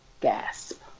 Gasp